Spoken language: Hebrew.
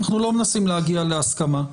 אנחנו לא מנסים להגיע להסכמה.